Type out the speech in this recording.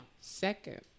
Second